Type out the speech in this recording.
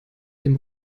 dem